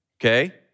okay